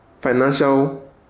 financial